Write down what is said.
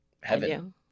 heaven